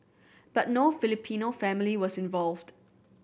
but no Filipino family was involved